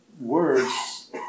words